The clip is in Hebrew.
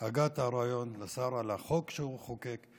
שהגה את הרעיון, ולשר, על החוק שהוא חוקק.